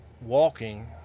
walking